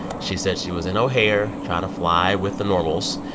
she said she was in o'hare trying to fly with the normals.